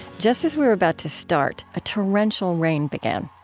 just as we were about to start, a torrential rain began,